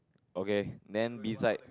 okay then beside